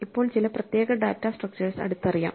ഇപ്പോൾ ചില പ്രത്യേക ഡാറ്റാ സ്ട്രക്ച്ചഴ്സ് അടുത്തറിയാം